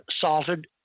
salted